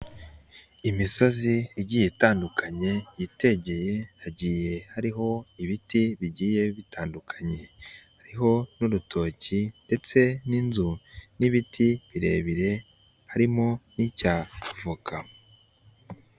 Imisozi igiye itandukanye itegeye hagiye hariho ibiti bigiye bitandukanye, hariho n'dutoki ndetse n'inzu n'ibiti birebire harimo n'icy'avoka.